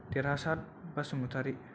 Derhasat Basumatary